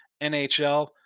NHL